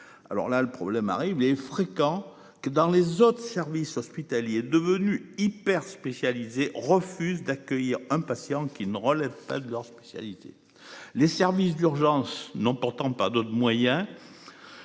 Alors là le problème arrive les fréquent que dans les autres services hospitaliers devenu hyper spécialisés refusent d'accueillir un patient qui ne relève pas de leur spécialité, les services d'urgence n'ont pourtant pas d'autre moyen.